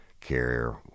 Carrier